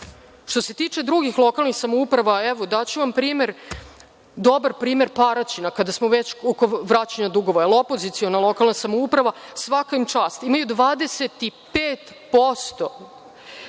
se tiče drugih lokalnih samouprave, evo daću vam primer, dobar primer Paraćina, kada smo već kod vraćanja dugova, jel opoziciona lokalna samouprava, svaka im čast, imaju 25%,